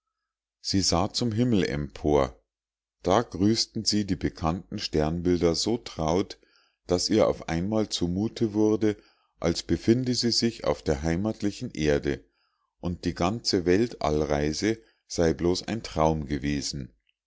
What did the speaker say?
sie sah zum himmel empor da grüßten sie die bekannten sternbilder so traut daß ihr auf einmal zumute wurde als befinde sie sich auf der heimatlichen erde und die ganze weltallreise sei bloß ein traum gewesen